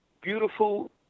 beautiful